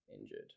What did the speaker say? injured